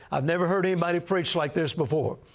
i've never heard anybody preach like this before.